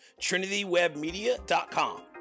trinitywebmedia.com